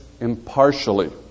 Impartially